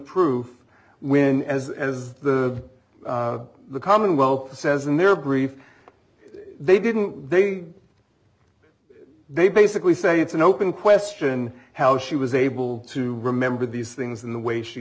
proof when as as the the commonwealth says in their brief they didn't they they basically say it's an open question how she was able to remember these things in the way she